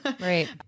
Right